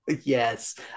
yes